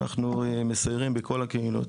אנחנו מסיירים בכל הקהילות,